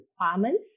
requirements